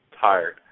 tired